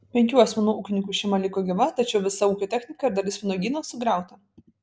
penkių asmenų ūkininkų šeima liko gyva tačiau visa ūkio technika ir dalis vynuogyno sugriauta